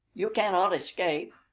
you cannot escape.